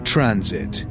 Transit